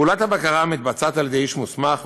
פעולת הבקרה נעשית על-ידי איש מוסמך,